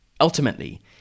Ultimately